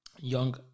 Young